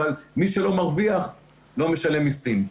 אבל מי שלא מרוויח לא משלם מיסים.